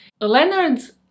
Leonard's